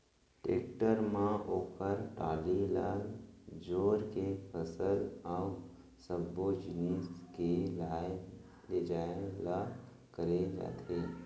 tractor म ओकर trolley ल जोर के फसल अउ सब्बो जिनिस के लाय लेजाय ल करे जाथे